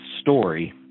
story